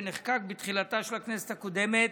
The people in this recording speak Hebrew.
שנחקק בתחילתה של הכנסת הקודמת,